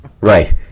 Right